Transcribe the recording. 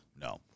No